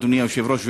אדוני היושב-ראש,